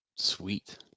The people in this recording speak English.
sweet